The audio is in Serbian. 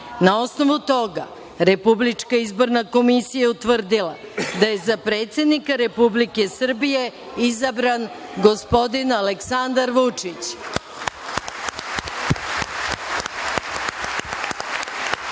Na osnovu toga Republička izborna komisija je utvrdila da je za predsednika Republike Srbije izabran gospodin Aleksandar